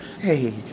Hey